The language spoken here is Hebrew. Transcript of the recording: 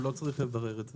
הוא לא צריך לברר את זה.